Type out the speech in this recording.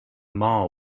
mall